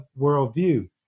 worldview